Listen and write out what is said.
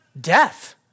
Death